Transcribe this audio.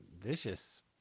vicious